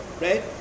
right